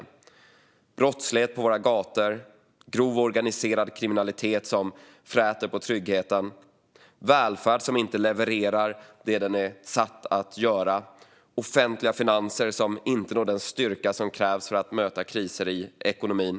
Det handlar om brottslighet på våra gator, grov organiserad kriminalitet som fräter på tryggheten, välfärd som inte levererar det den är satt att göra och offentliga finanser som inte når den styrka som krävs för att möta kriser i ekonomin.